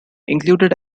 included